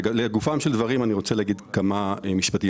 לגופם של דברים אני רוצה להגיד כמה משפטים.